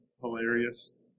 hilarious